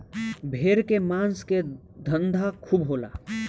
भेड़ के मांस के धंधा खूब होला